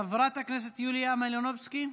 חברת הכנסת יוליה מלינובסקי,